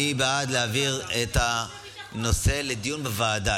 מי בעד להעביר את הנושא לדיון בוועדה?